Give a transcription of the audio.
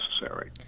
necessary